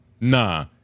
Nah